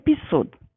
episode